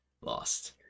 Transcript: lost